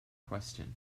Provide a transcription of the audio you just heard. question